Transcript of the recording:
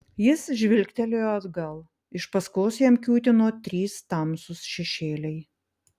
jis žvilgtelėjo atgal iš paskos jam kiūtino trys tamsūs šešėliai